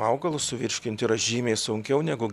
augalus suvirškint yra žymiai sunkiau negu